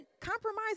compromise